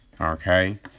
okay